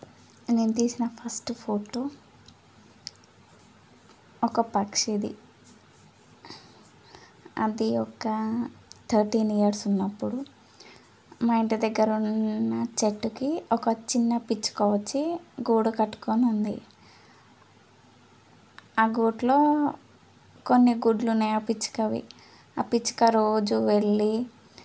నేను తీసిన first photo ఒక పక్షిది అది ఒక థర్టీన్ ఇయర్స్ ఉన్నప్పుడు మా ఇంటి దగ్గర ఉన్న చెట్టుకి ఒక చిన్న పిచ్చుక వచ్చి గూడు కట్టుకొని ఉంది ఆ గూటిలో కొన్ని గుడ్లు ఉన్నాయి ఆ పిచ్చుకవి ఆ పిచ్చుక రోజూ వెళ్ళి